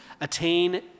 attain